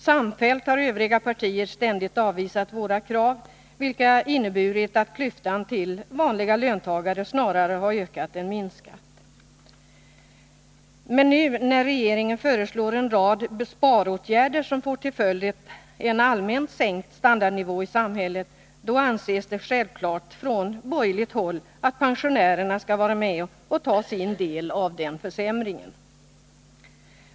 Samfällt har övriga partier ständigt avvisat våra krav, vilket inneburit att klyftan till vanliga löntagare snarare har ökat än minskat. Men nu när regeringen föreslår en rad sparåtgärder, som får till följd en allmänt sänkt standardnivå för stora grupper i samhället, anses det självklart från borgerligt håll att pensionärerna skall vara med och ta sin del av den försämringen.